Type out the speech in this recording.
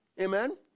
Amen